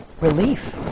relief